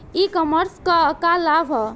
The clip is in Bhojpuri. ई कॉमर्स क का लाभ ह?